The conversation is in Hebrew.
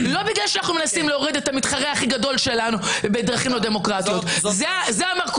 חבר כנסת שהגישו נגדו כתב אישום יכול להרכיב ממשלה על זה לא דיברו